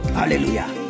Hallelujah